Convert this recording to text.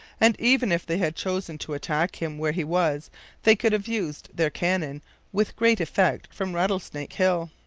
and even if they had chosen to attack him where he was they could have used their cannon with great effect from rattlesnake hill,